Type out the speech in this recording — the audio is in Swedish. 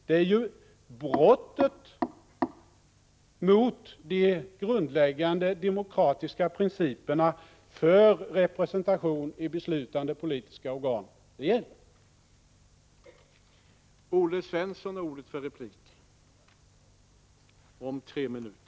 Det är brottet mot de grundläggande demokratiska principerna för representation i beslutande politiska organ det gäller.